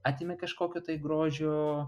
atėmė kažkokio tai grožio